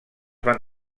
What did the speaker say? van